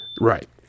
right